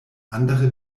andere